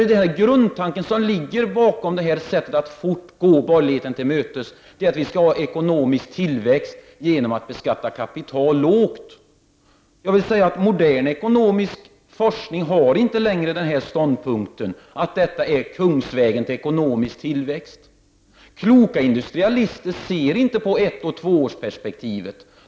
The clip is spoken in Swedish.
Grundtanken bakom sättet att gå borgerligheten till mötes är att vi skall få ekonomisk tillväxt genom att beskatta kapitalet lågt. Modern ekonomisk forskning har inte längre den uppfattningen att detta är kungsvägen till ekonomisk tillväxt. Kloka industrialister ser inte utvecklingen i etteller tvåårsperspektiv.